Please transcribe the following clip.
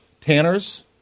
Tanner's